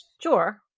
Sure